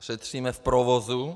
Šetříme v provozu.